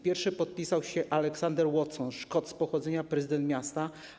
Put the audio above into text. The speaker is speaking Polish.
Pierwszy podpisał się Aleksander Watson, Szkot z pochodzenia - prezydent miasta.